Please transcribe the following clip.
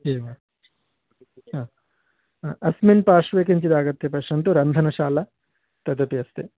एवं हा हा अस्मिन् पार्श्वे किञ्चिदागत्य पश्यन्तु रन्धनशाला तदपि अस्ति